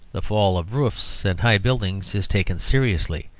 the fall of roofs and high buildings is taken seriously.